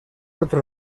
otro